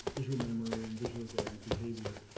visual memory, and visually guided behavior.